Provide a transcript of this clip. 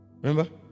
Remember